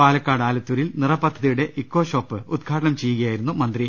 പാലക്കാട് ആലത്തൂരിൽ നിറ പദ്ധതിയുടെ ഇക്കോഷോ പ്പ് കെട്ടിടം ഉദ്ഘാടനം ചെയ്യുകയായിരുന്നു മന്ത്രി